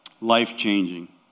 Life-changing